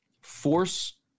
force